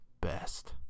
best